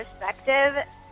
perspective